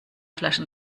flaschen